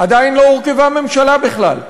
עדיין לא הורכבה ממשלה בכלל.